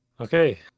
Okay